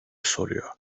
soruyor